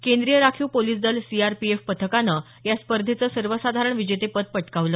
केंद्रीय राखीव पोलिस दल सीआरपीएफ पथकाने या स्पर्धेचं सर्वसाधारण विजेतेपद पटकावलं